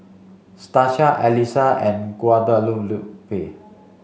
Stasia Allison and Guadalupe